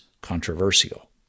controversial